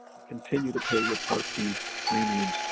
and continue to pay your part b premium.